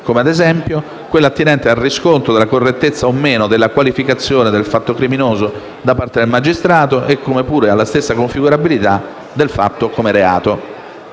come ad esempio quella attinente al riscontro della correttezza o meno della qualificazione del fatto criminoso da parte del magistrato, come pure alla stessa configurabilità del fatto come reato.